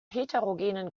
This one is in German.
heterogenen